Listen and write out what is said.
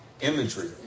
imagery